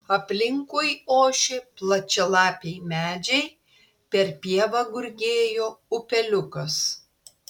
aplinkui ošė plačialapiai medžiai per pievą gurgėjo upeliukas